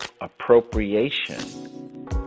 appropriation